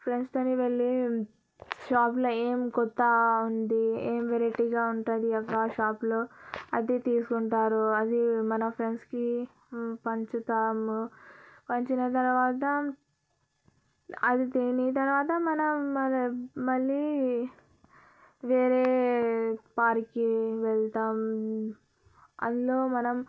friends తోని వెళ్లి షాప్లో ఏం కొత్త ఉంది ఏం వెరైటీగా ఉంటుంది అబ్బా షాపులో అది తీసుకుంటారు అది మన ఫ్రెండ్స్కి పంచుతాము పంచిన తర్వాత అది తిన్న తర్వాత మనం మళ్ళీ వేరే పార్క్కి వెళ్తాం అందులో మనం